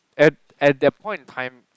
at at that point in time